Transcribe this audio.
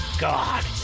God